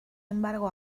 embargo